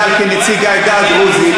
כנציג העדה הדרוזית,